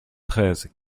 treize